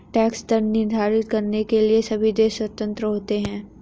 tax दर निर्धारित करने के लिए सभी देश स्वतंत्र होते है